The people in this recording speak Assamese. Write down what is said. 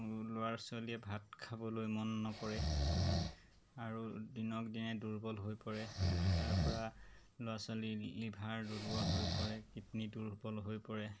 ল'ৰা ছোৱালীয়ে ভাত খাবলৈ মন নকৰে আৰু দিনক দিনে দুৰ্বল হৈ পৰে তাৰ পৰা ল'ৰা ছোৱালী লিভাৰ দুৰ্বল হৈ পৰে কিডনি দুৰ্বল হৈ পৰে